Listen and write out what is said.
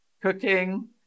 cooking